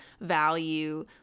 value